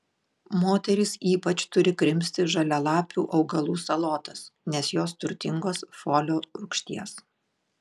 moterys ypač turi krimsti žalialapių augalų salotas nes jos turtingos folio rūgšties